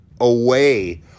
away